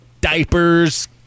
diapers